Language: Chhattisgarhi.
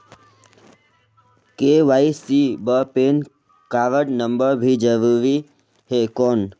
के.वाई.सी बर पैन कारड नम्बर भी जरूरी हे कौन?